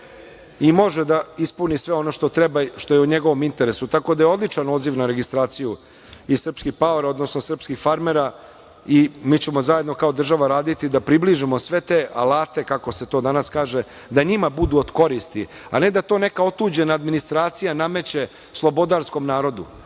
i može da ispuni sve ono što treba i što je u njegovom interesu, tako da je odličan odziv na registraciju i srpski paor, odnosno srpskih farmera i mi ćemo zajedno kao država raditi da približimo sve te alate, kako se to danas kaže, da njima budu od koristi, a ne da to neka otuđena administracija nameće slobodarskom narodu,